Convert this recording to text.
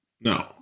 No